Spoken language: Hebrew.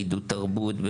בעידוד תרבות,